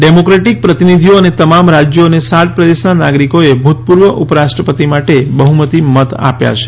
democratic પ્રતિનિધિઓ અને તમામ રાજ્યો અને સાત પ્રદેશોના નાગરિકોએ ભૂતપૂર્વ ઉપરાષ્ટ્રપતિ માટે બહ્મતી મત આપ્યા છે